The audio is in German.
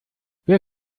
wer